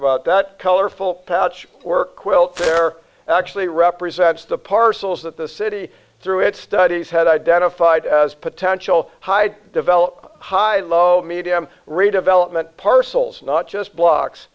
about that colorful patch work quilt there actually represents the parcels that the city through its studies had identified as potential high develop high low medium redevelopment parcels not just blocks